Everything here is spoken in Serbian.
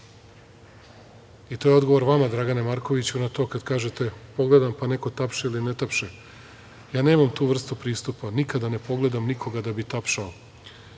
je odgovor vama Dragane Markoviću, na to kada kažete, pogledam pa neko tapše ili ne tapše. Ja nemam tu vrstu pristupa, nikada ne pogledam nikoga da bi tapšao.A